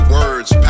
words